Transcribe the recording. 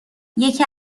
یکی